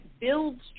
builds